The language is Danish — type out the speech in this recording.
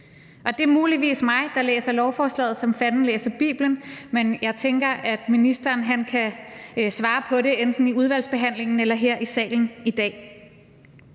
Det er muligvis mig, der læser lovforslaget, som Fanden læser Bibelen, men jeg tænker, at ministeren kan svare på det enten i udvalgsbehandlingen eller her i salen i dag.